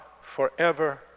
forever